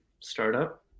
startup